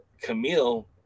Camille